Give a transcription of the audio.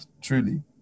truly